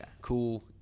cool